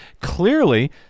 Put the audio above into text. clearly